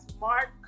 Mark